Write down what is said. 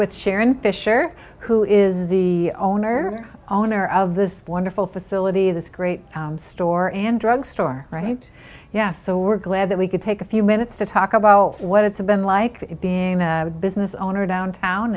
with sharon fisher who is the owner owner of this wonderful facility this great store and drugstore right yeah so we're glad that we could take a few minutes to talk about what it's a been like being a business owner downtown